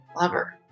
lover